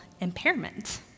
impairment